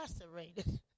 incarcerated